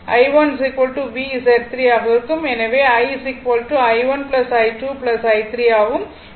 எனவே I I1 I2 I3 ஆகும்